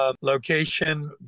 location